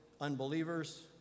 unbelievers